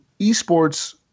esports